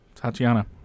Tatiana